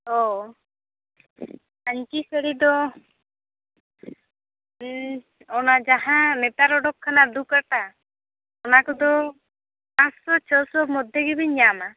ᱚᱻ ᱯᱟᱸᱧᱪᱤ ᱥᱟᱹᱲᱤ ᱫᱚ ᱚᱱᱟ ᱡᱟᱦᱟᱸ ᱱᱮᱛᱟᱨ ᱩᱰᱩᱠ ᱟᱠᱟᱱᱟ ᱫᱩ ᱠᱟᱴᱟ ᱚᱱᱟ ᱠᱚᱫᱚ ᱯᱟᱥᱥᱚ ᱪᱷᱚᱥᱚ ᱢᱚᱫᱷᱮᱜᱮᱵᱤᱱ ᱧᱟᱢᱟ